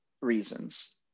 reasons